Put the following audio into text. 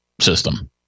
system